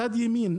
מצד ימין,